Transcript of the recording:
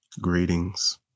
Greetings